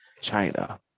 China